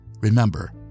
Remember